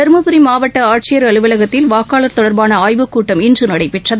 தர்மபுரி மாவட்ட ஆட்சியர் அலுவலகத்தில் வாக்காளர் தொடர்பான ஆய்வுக்கூட்டம் இன்று நடைபெற்றது